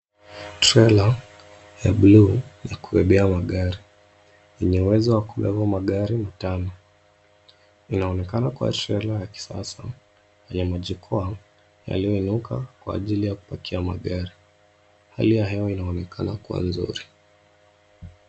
Trela ya buluu ya kubebea magari yenye uwezo wa kubeba magari matano. Inaonekana kuwa trela ya kisasa yenye majukwaa yaliyoinuka kwa ajili ya kupakia magari. Hali ya hewa inaonekana kuwa nzuri.